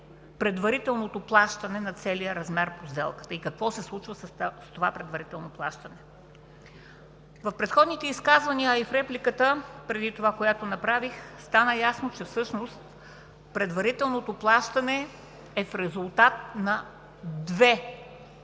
предварителното плащане на целия размер по сделката? Какво се случва с това предварително плащане? В предходните изказвания и в репликата, която направих преди това, стана ясно, че всъщност предварителното плащане е в резултат на два фактора.